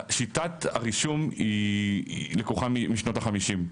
שיטת הרישום היא לקוחה משנות החמישים,